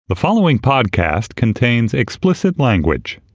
the following podcast contains explicit language